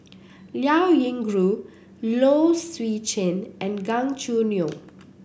Liao Yingru Low Swee Chen and Gan Choo Neo